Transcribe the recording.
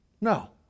No